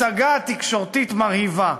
הצגה תקשורתית מרהיבה.